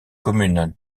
communes